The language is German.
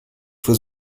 für